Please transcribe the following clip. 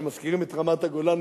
כשמזכירים את רמת-הגולן,